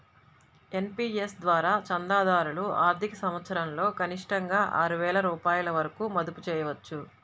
NPS ద్వారా చందాదారులు ఆర్థిక సంవత్సరంలో కనిష్టంగా ఆరు వేల రూపాయల వరకు మదుపు చేయవచ్చు